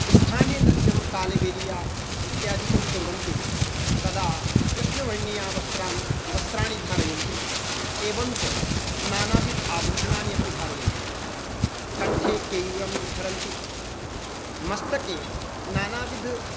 स्थानीयनृत्यं कालबेलिया इत्यादिकं कुर्वन्ति तदा कृष्णवर्णीया वस्त्रान् वस्त्राणि धारयन्ति एवञ्च नानाविध आभूषणानि अपि धारयन्ति कण्ठे केयूरं धरन्ति मस्तके नानाविध